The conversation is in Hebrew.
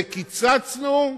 וקיצצנו,